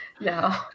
no